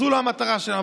זו לא המטרה שלנו.